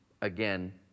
again